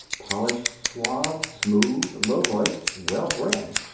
polished, suave, smooth, low-voiced, well bred.